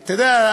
אתה יודע,